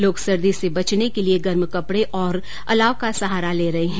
लोग सर्दी से बचने के लिये गर्म कपडे और अलाव का सहारा ले रहे है